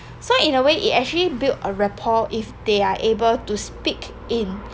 so in a way it actually build a rapport if they are able to speak in